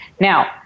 Now